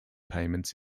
payments